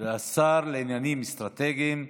והשר לעניינים אסטרטגיים,